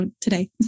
Today